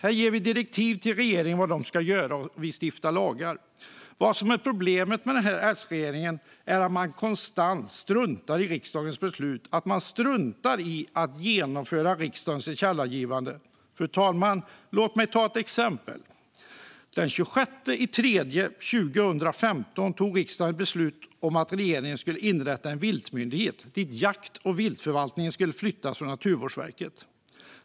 Här ger vi direktiv till regeringen om vad den ska göra, och här stiftar vi lagar. Det som är problemet med denna S-regering är att man konstant struntar i riksdagens beslut - att man struntar i att genomföra riksdagens tillkännagivanden. Låt mig ta ett exempel, fru talman. Den 26 mars 2015 tog riksdagen beslut om att regeringen skulle inrätta en viltmyndighet dit jakt och viltförvaltningen skulle flyttas från Naturvårdsverket.